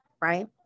right